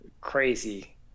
crazy